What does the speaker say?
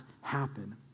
happen